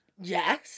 Yes